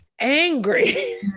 angry